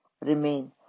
remain